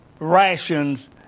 rations